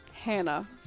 Hannah